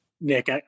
Nick